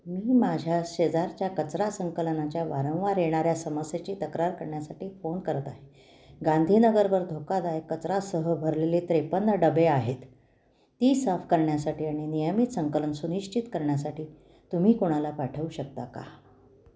मी माझ्या शेजारच्या कचरा संकलनाच्या वारंवार येणाऱ्या समस्येची तक्रार करण्यासाठी फोन करत आहे गांधीनगरवर धोकादायक कचरासह भरलेले त्रेपन्न डबे आहेत ती साफ करण्यासाठी आणि नियमित संकलन सुनिश्चित करण्यासाठी तुम्ही कोणाला पाठवू शकता का